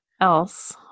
else